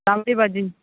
तांबडी भाजी